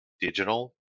digital